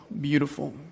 beautiful